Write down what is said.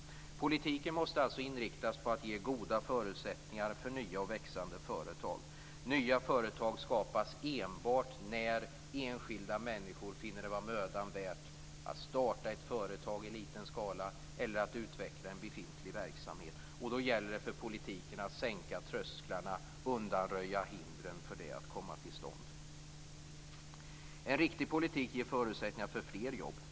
Politiken måste alltså inriktas på att ge goda förutsättningar för nya och växande företag. Nya företag skapas enbart när enskilda människor finner det vara mödan värt att starta ett företag i liten skala eller att utveckla en befintlig verksamhet. Då gäller det för politiken att sänka trösklarna och undanröja hindren. En riktig politik ger förutsättningar för fler jobb.